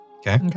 Okay